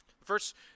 First